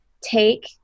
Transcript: take